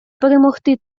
перемогти